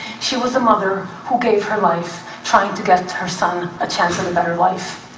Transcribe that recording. she was a mother who gave her life trying to get her son a chance at a better life.